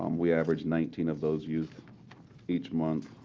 um we average nineteen of those youth each month.